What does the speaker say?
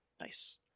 Nice